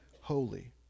holy